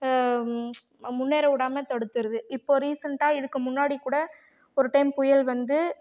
முன்னேற விடாமல் தடுத்துடுது இப்போது ரீசண்டாக இதுக்கு முன்னாடி கூட ஒரு டைம் புயல் வந்து